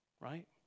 Right